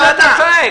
למה אתה צועק?